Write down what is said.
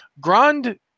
Grand